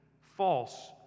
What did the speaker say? false